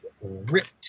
ripped